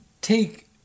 Take